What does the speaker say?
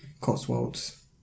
Cotswolds